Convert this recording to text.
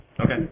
Okay